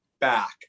back